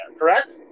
correct